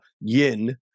yin